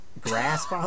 grass